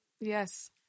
Yes